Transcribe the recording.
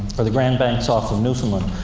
or the grand banks off of newfoundland.